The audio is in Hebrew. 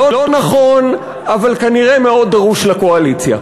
לא נכון, אבל כנראה מאוד דרוש לקואליציה.